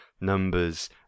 numbers